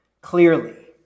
clearly